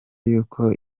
y’uko